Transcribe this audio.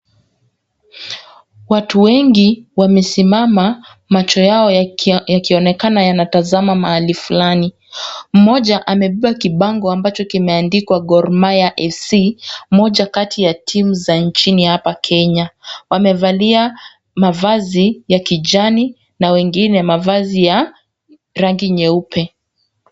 Watu wengi wamesimama macho yao yakionekana yanatazama mahali fulani. Mmoja amebeba kibango ambacho kimeandikwa Gor Mahia FC moja kati ya timu za nchini hapa Kenya . Wamevalia mavazi ya kijani na wengine mavazi ya rangi nyeupe.